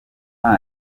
time